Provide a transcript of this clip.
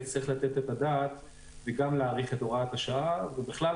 צריך לתת את הדעת וגם להאריך את הוראת השעה ובכלל,